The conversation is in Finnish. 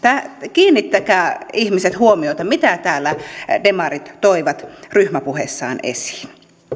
kiinnittäkää ihmiset huomiota mitä täällä demarit toivat ryhmäpuheessaan esiin